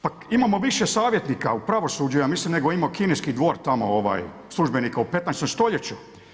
Pa imamo više savjetnika u pravosuđu ja mislim nego ima kineski dvor tamo službenika u 15.-tom stoljeću.